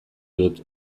dut